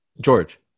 george